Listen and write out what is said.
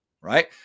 right